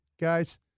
guys